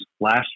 last